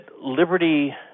liberty –